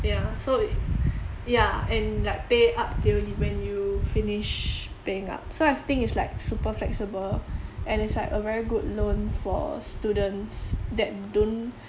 ya so if ya and like pay up till you when you finish paying up so I've think it's like super flexible and it's like a very good loan for students that don't